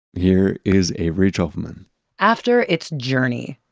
here is avery trufelman after its journey,